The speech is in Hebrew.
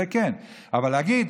זה כן, אבל להגיד,